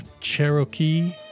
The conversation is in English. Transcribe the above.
Cherokee